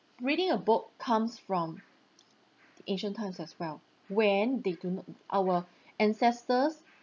reading a book comes from ancient times as well when they do not our ancestors